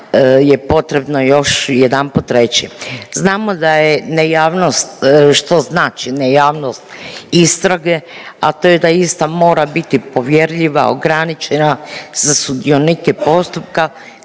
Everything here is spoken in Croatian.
je potrebno još jedanput reći. Znamo da je nejavnost, što znači nejavnost istrage, a to je da ista mora biti povjerljiva, ograničena, za sudionike postupka